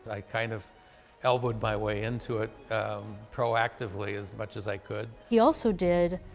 i kind of elbowed my way into it proactively, as much as i could. he also did,